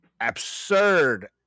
absurd